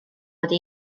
wedi